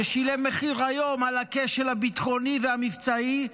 ששילם מחיר איום על הכשל הביטחוני והמבצעי,